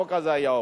החוק הזה היה עובר,